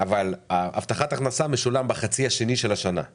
מה זה הזהות היהודית הזאת?